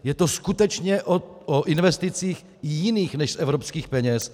Je to skutečně o investicích i jiných než z evropských peněz.